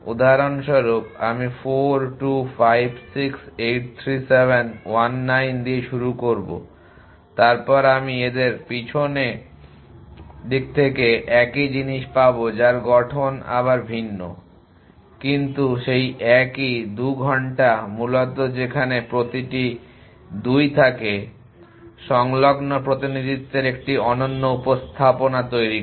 উদাহরণস্বরূপ আমি 4 2 5 6 8 3 7 1 9 দিয়ে শুরু করবো তারপর আমি এদের পিছন দিকে একই জিনিস পাবো যার গঠন আবার ভিন্ন কিন্তু সেই একই 2 ঘন্টা মূলত যেখানে প্রতি 2টি থাকে সংলগ্ন প্রতিনিধিত্বে একটি অনন্য উপস্থাপনা তৈরী করে